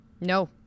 no